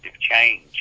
change